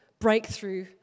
breakthrough